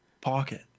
pocket